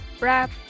Wrap